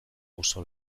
oso